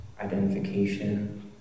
identification